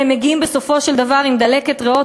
והם מגיעים בסופו של דבר עם דלקת ריאות,